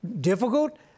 difficult